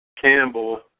Campbell